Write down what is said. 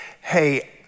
hey